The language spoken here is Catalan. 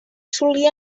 solia